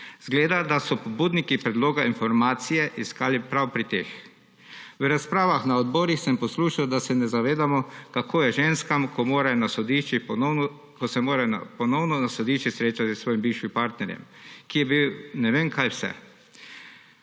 Izgleda, da so pobudniki predloga informacije iskali prav pri teh. V razpravah na odborih sem poslušal, da se ne zavedamo, kako je ženskam, ko se morajo na sodiščih ponovno srečati s svojim bivšim partnerjem, ki je bil ne vem kaj vse.